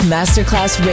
Masterclass